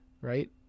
Right